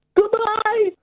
Goodbye